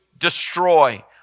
destroy